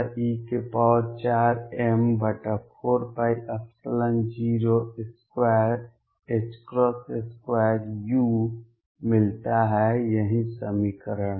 Z2e4m4π022u मिलता है यही समीकरण है